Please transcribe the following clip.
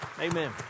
Amen